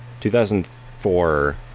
2004